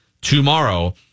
tomorrow